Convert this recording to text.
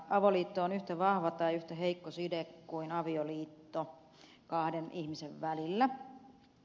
avoliitto on yhtä vahva tai yhtä heikko side kuin avioliitto kahden ihmisen välillä